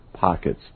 Pockets